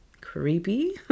Creepy